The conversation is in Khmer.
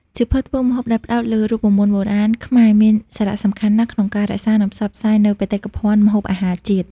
សៀវភៅធ្វើម្ហូបដែលផ្ដោតលើរូបមន្តបុរាណខ្មែរមានសារៈសំខាន់ណាស់ក្នុងការរក្សា និងផ្សព្វផ្សាយនូវបេតិកភណ្ឌម្ហូបអាហារជាតិ។